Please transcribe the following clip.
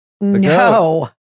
No